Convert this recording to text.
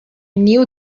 knew